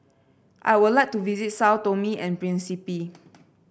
I would like to visit Sao Tome and Principe